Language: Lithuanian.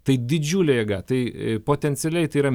tai didžiulė jėga tai potencialiai tai yra